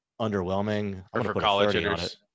underwhelming